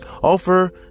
Offer